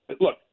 look